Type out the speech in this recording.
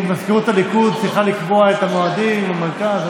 היא שמזכירות הליכוד צריכה לקבוע את המועדים עם המרכז.